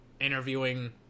interviewing